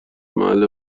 محل